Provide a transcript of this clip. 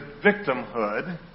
victimhood